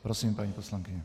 Prosím, paní poslankyně.